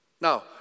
Now